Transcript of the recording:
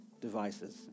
devices